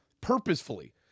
Purposefully